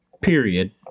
period